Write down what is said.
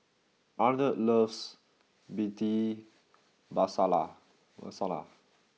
Arnold loves Bhindi Masala Masala